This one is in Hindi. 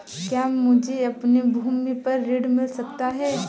क्या मुझे अपनी भूमि पर ऋण मिल सकता है?